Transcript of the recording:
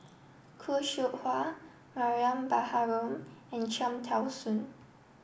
Khoo Seow Hwa Mariam Baharom and Cham Tao Soon